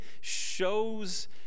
shows